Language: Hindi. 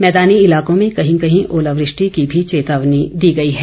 मैदानी इलाकों में कहीं कहीं ओलावृष्टि की भी चेतावनी दी गई है